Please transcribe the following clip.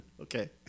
okay